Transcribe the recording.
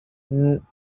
now